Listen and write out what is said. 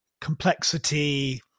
complexity